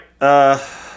right